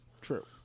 True